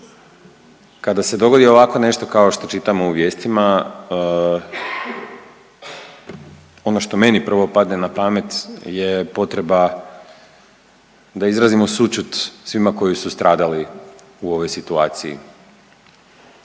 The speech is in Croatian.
Kada se dogodi ovako nešto kao što čitamo u vijestima ono što meni prvo padne na pamet je potreba da izrazimo sućut svima koji su stradali u ovoj situaciji